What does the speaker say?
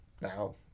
now